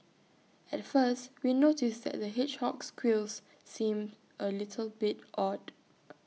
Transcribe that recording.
at first we noticed that the hedgehog's quills seemed A little bit odd